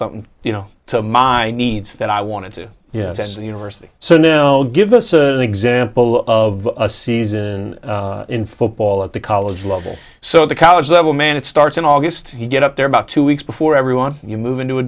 something you know to my needs that i wanted to yes the university so no give us an example of a season in football at the college level so the college level man it starts in august he get up there about two weeks before everyone you move into a